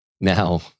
Now